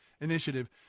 Initiative